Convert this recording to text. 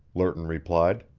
lerton replied.